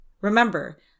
Remember